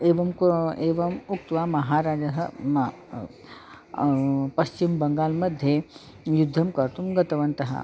एवं क एवम् उक्त्वा महाराजः म पश्चिमबङ्गालमध्ये युद्धं कर्तुं गतवन्तः